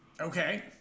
Okay